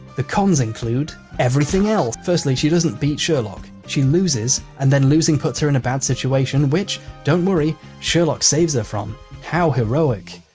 the cons include everything else. firstly, she doesn't beat sherlock. she loses and then losing puts her in a bad situation, which, don't worry, sherlock saves her from how heroic.